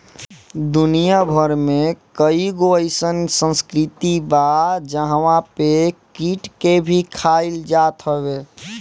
दुनिया भर में कईगो अइसन संस्कृति बा जहंवा पे कीट के भी खाइल जात हवे